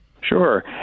Sure